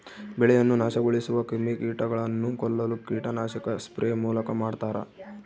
ಬೆಳೆಯನ್ನು ನಾಶಗೊಳಿಸುವ ಕ್ರಿಮಿಕೀಟಗಳನ್ನು ಕೊಲ್ಲಲು ಕೀಟನಾಶಕ ಸ್ಪ್ರೇ ಮೂಲಕ ಮಾಡ್ತಾರ